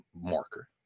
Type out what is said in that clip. marker